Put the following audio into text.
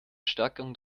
stärkung